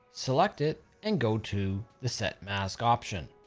select it and go to the set mask option.